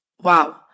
Wow